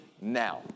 now